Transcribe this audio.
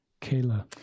Kayla